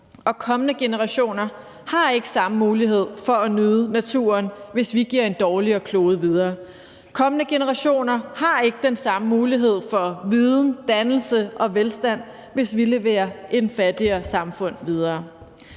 og kommende generationer har ikke samme mulighed for at nyde naturen, hvis vi giver en dårligere klode videre. Kommende generationer har ikke den samme mulighed for viden, dannelse og velstand, hvis vi leverer et fattigere samfund videre.